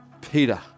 Peter